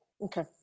Okay